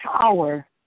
power